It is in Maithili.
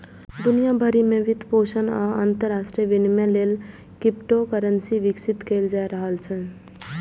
दुनिया भरि मे वित्तपोषण आ अंतरराष्ट्रीय विनिमय लेल क्रिप्टोकरेंसी विकसित कैल जा रहल छै